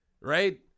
right